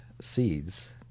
seeds